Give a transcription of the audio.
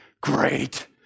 great